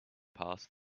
pass